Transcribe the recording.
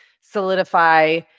solidify